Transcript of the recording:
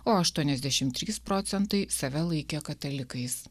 o aštuoniasdešim trys procentai save laikė katalikais